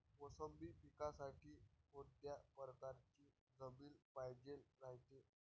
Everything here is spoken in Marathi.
मोसंबी पिकासाठी कोनत्या परकारची जमीन पायजेन रायते?